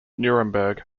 nuremberg